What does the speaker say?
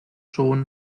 schon